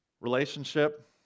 Relationship